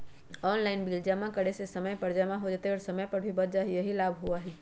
Online bill जमा करे से समय पर जमा हो जतई और समय भी बच जाहई यही लाभ होहई?